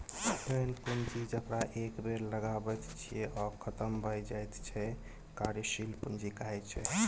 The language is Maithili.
ओहेन पुंजी जकरा एक बेर लगाबैत छियै आ खतम भए जाइत छै कार्यशील पूंजी कहाइ छै